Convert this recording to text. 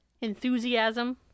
enthusiasm